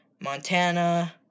Montana